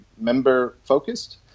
member-focused